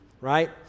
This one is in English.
right